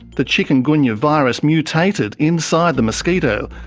the chikungunya virus mutated inside the mosquito,